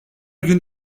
gün